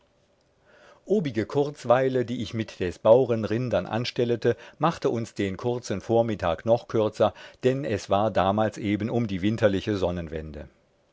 obige kurzweile die ich mit des bauren rindern anstellete machte uns den kurzen vormittag noch kürzer dann es war damals eben um die winterliche sonnenwende